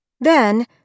Then-